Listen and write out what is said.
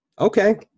okay